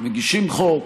מגישים חוק,